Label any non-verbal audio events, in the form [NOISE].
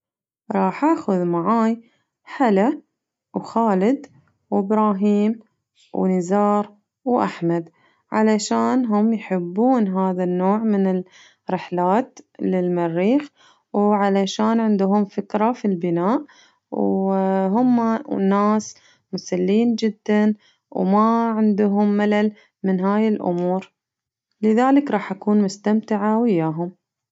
راح أخذ معاي حلا وخالد وابراهيم ونزار وأحمد علشان هم يحبون هذا النوع من الرحلات للمريخ وعلشان عندهم فكرة في البناء و [HESITATION] هما ناس مسلين جداً وما عندهم ملل من هاي الأمور لذلك راح أكون مستمتعة وياهم.